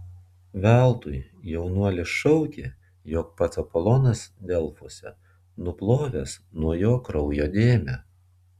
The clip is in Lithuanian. veltui jaunuolis šaukė jog pats apolonas delfuose nuplovęs nuo jo kraujo dėmę